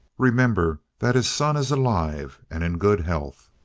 remember that his son is alive and in good health!